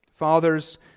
Fathers